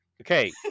Okay